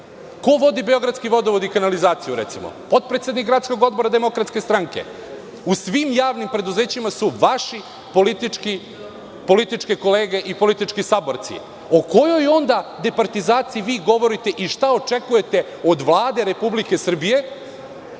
Ko vodi Beogradski vodovod i kanalizaciju, recimo. Potpredsednik gradskog odbora Demokratske stranke. U svim javnim preduzećima su vaše političke kolege i politički saborci. O kojoj onda departizaciji vi govorite i šta očekujete od Vlade Republike Srbije,